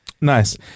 Nice